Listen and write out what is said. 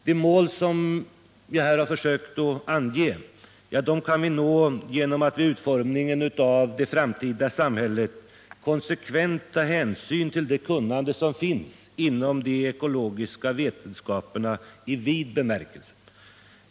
De mål jag här försökt ange kan vi nå genom att vid utformningen av framtidssamhället konsekvent ta hänsyn till det kunnande som finns inom de ekologiska vetenskaperna i vid bemärkelse.